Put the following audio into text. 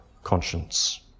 Conscience